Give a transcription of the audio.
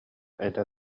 эдэр